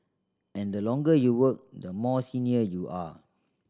and the longer you work the more senior you are